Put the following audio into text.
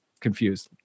confused